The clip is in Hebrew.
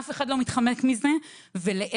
אף אחד לא מתחמק מזה ולהפך.